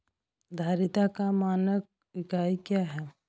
धारिता का मानक इकाई क्या है?